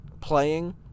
playing